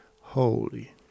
holy